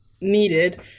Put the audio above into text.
needed